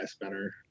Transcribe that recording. better